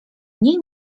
nie